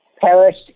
perished